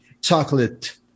chocolate